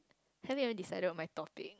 haven't even decided on my topic